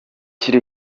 sinzi